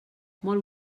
molt